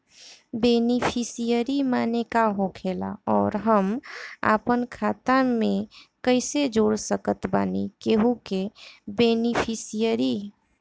Beneficiary माने का होखेला और हम आपन खाता मे कैसे जोड़ सकत बानी केहु के बेनीफिसियरी?